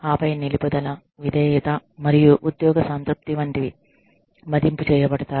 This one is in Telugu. ఆపై నిలుపుదల విధేయత మరియు ఉద్యోగ సంతృప్తి వంటివి మదింపు చేయబడతాయి